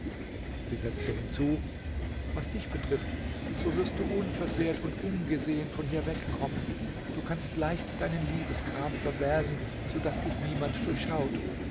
sie setzte hinzu was dich betrifft so wirst du unversehrt und ungesehen von hier wegkommen du kannst leicht deinen liebesgram verbergen so daß dich niemand durchschaut